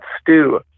stew